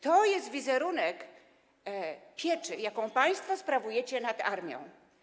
To jest wizerunek pieczy, jaką państwo sprawujecie nad armią.